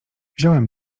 wziąłem